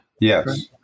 Yes